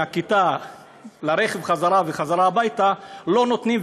מהכיתה לרכב בחזרה וחזרה הביתה לא נותנים,